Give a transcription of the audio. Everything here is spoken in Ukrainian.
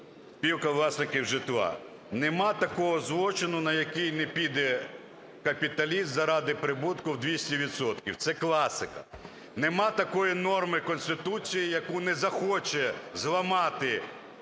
Спілка власників житла. Нема такого злочину, на який не піде капіталіст заради прибутку в 200 відсотків – це класика. Нема такої норми Конституції, яку не захоче зламати